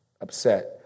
upset